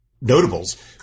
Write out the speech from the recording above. notables